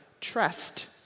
Trust